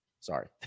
Sorry